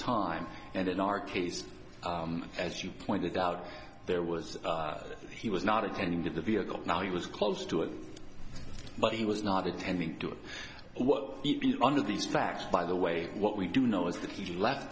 time and in our case as you pointed out there was he was not attending to the vehicle now he was close to it but he was not attending to what under these facts by the way what we do know is that he left